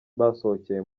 basohokeye